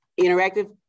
interactive